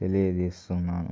తెలియజేస్తున్నాను